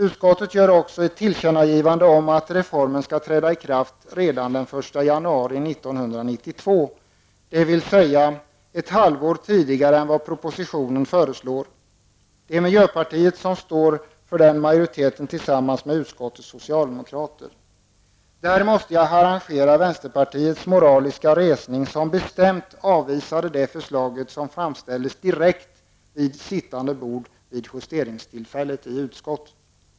Utskottet gör också ett tillkännagivande om att reformen skall träda i kraft redan den 1 januari 1992, dvs. ett halvår tidigare än vad som föreslås i propositionen. Det är miljöpartiet som står för den majoriteten tillsammans med utskottets socialdemokrater. Där måste jag harangera vänsterpartiets moraliska resning som bestämt avvisade det förslag som framställdes direkt vid sittande bord vid justeringstillfället i utskottet.